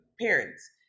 parents